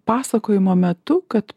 pasakojimo metu kad